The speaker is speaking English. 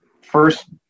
first